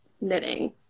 knitting